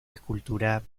escultura